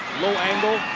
low angle.